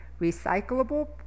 recyclable